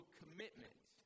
commitment